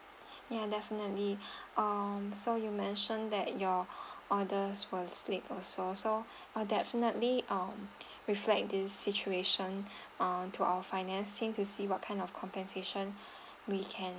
ya definitely um so you mentioned that your orders were late also so I'll definitely um reflect this situation ah to our finance team to see what kind of compensation we can